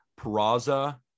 Peraza